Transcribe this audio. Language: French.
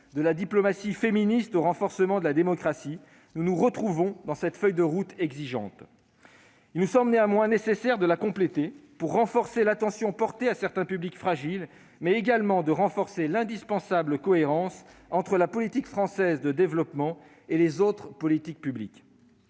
de la diplomatie féministe au renforcement de la démocratie : nous nous retrouvons dans cette feuille de route exigeante. Il nous semble néanmoins nécessaire de la compléter, pour accroître l'attention portée à certains publics fragiles, mais également de renforcer l'indispensable cohérence entre la politique française de développement et les autres politiques publiques.